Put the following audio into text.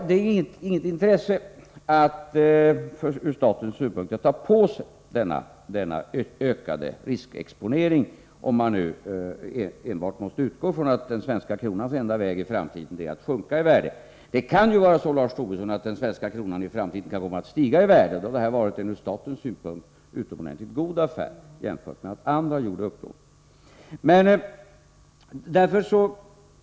Det finns från statens utgångspunkt inget intresse av att ta på sig denna ökade riskexponering, om man enbart måste utgå från att den svenska kronans enda väg i framtiden är att sjunka i värde. Men det kan vara så, Lars Tobisson, att den svenska kronan kan komma att stiga i värde, och då har detta varit en från statens synpunkt utomordentligt god affär, jämfört med att andra skulle ha gjort upplåningen.